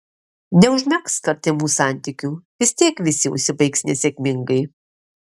neužmegzk artimų santykių vis tiek visi užsibaigs nesėkmingai